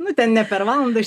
nu ten ne per valandą